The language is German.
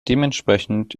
dementsprechend